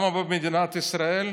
מה במדינת ישראל?